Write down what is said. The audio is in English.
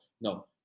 No